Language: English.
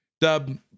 Dub